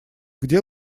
где